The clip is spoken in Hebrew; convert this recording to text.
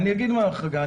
אני אגיד מה החרגה.